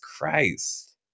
christ